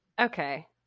Okay